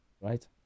right